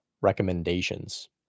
recommendations